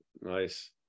nice